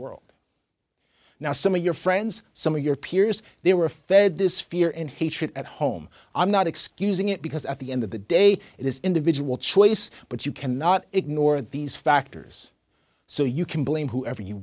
world now some of your friends some of your peers they were fed this fear and hatred at home i'm not excusing it because at the end of the day it is individual choice but you cannot ignore these factors so you can blame whoever you